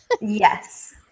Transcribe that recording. Yes